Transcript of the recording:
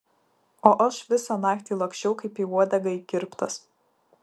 o aš visą naktį laksčiau kaip į uodegą įkirptas